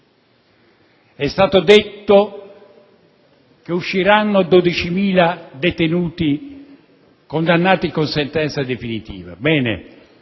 è stato detto che usciranno 12.000 detenuti condannati con sentenza definitiva. Bene: